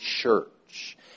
church